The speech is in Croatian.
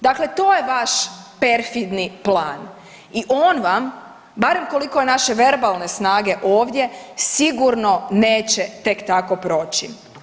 Dakle, to je vaš perfidni plan i on vam, barem koliko naše verbalne snage ovdje sigurno neće tek tako proći.